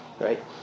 right